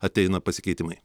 ateina pasikeitimai